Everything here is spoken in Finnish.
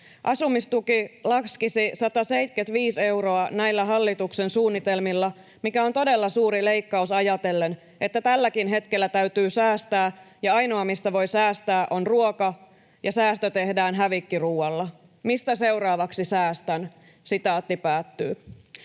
Asumistuki laskisi 175 euroa näillä hallituksen suunnitelmilla, mikä on todella suuri leikkaus ajatellen, että tälläkin hetkellä täytyy säästää, ja ainoa, mistä voi säästää, on ruoka, ja säästö tehdään hävikkiruualla. Mistä seuraavaksi säästän?” ”Opiskelijana